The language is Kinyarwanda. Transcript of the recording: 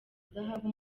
zahabu